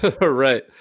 Right